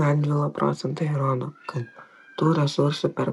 radžvilo procentai rodo kad tų resursų per